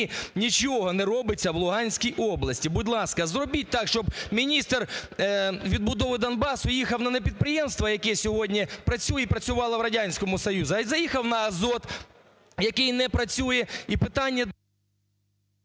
нічого не робиться в Луганській області. Будь ласка, зробіть так, щоб міністр відбудови Донбасу їхав не на підприємство, яке сьогодні працює і працювало в Радянському Союзі, а заїхав на "Азот", який не працює.